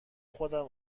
خودم